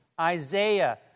Isaiah